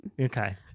Okay